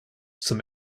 zum